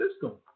system